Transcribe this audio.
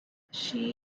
she